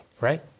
right